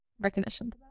recognition